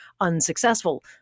unsuccessful